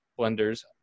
Blender's